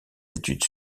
études